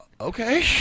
okay